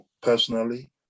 personally